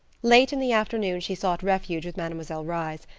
late in the afternoon she sought refuge with mademoiselle reisz,